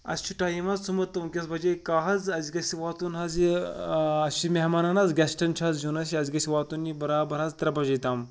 اَسہِ چھُ ٹایم حظ تھوٚمُت تہٕ ؤنکیٚس بَجے کاہ حظ اَسہِ گژھِ واتُن حظ یہِ اَسہِ چھِ مہمان حظ گیسٹَن چھُ آز یُن اَسہِ اَسہِ گژھِ واتُن یہِ برابر حظ ترٛےٚ بَجے تام